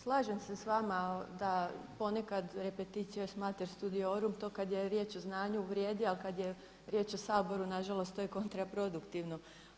Slažem se s vama da ponekad repetitio est mater studiorum to kada je riječ o znanju vrijedi, ali kada je riječ o Saboru nažalost toj e kontraproduktivno.